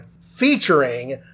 featuring